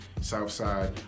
Southside